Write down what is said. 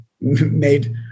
made